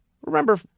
Remember